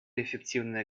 эффективные